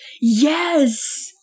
Yes